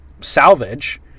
salvage